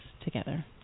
together